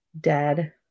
dead